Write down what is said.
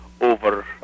over